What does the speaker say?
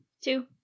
Two